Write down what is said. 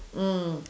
mm